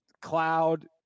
cloud